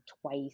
twice